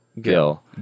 Gil